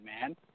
man